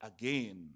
again